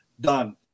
Done